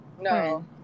no